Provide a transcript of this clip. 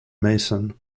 mason